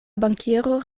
bankiero